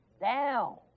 down